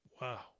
Wow